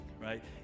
right